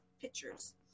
pictures